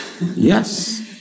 Yes